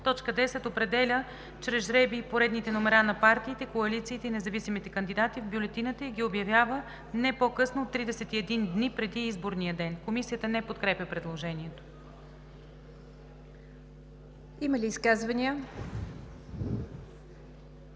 10: „10. определя чрез жребий поредните номера на партиите, коалициите и независимите кандидати в бюлетината и ги обявява не по-късно от 31 дни преди изборния ден;“. Комисията не подкрепя предложението. ПРЕДСЕДАТЕЛ